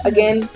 Again